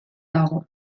dago